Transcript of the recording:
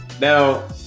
Now